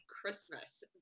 Christmas